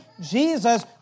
Jesus